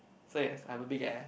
so yes I've a big ass